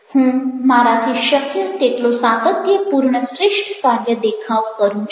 હું મારાથી શક્ય તેટલો સાતત્યપૂર્ણ શ્રેષ્ઠ કાર્ય દેખાવ કરું છું